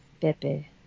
Pepe